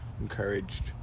Encouraged